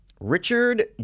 Richard